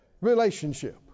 relationship